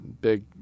big